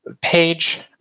Page